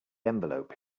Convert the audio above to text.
envelope